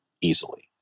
easily